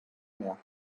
mehr